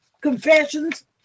confessions